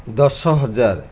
ଦଶ ହଜାର